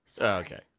Okay